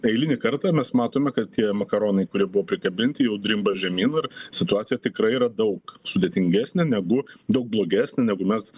eilinį kartą mes matome kad tie makaronai kurie buvo prikabinti jau drimba žemyn ir situacija tikrai yra daug sudėtingesnė negu daug blogesnė negu mes